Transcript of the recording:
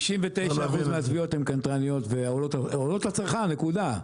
99% מהתביעות הן קנטרניות ועולות לצרכן, נקודה.